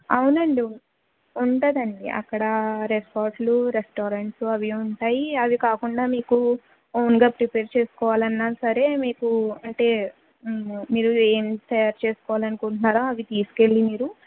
అవునండి ఉంటుందండి అక్కడ రిసోర్ట్లు రెస్టారెంట్సు అవి ఉంటాయి అవి కాకుండా మీకు ఓన్గా ప్రిపేర్ చేసుకోవాలన్నా సరే మీకు అంటే మీరు ఏం తయ్యారు చేసుకోవాలని అనుకుంటున్నారో అవి తీసుకెళ్ళి మీరు